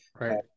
right